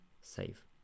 save